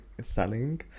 SELLING